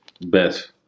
best